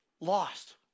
lost